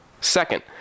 Second